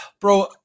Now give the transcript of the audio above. bro